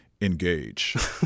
engage